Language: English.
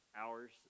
hours